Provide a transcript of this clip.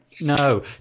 No